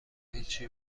هیچی